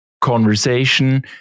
conversation